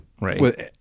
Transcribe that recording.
right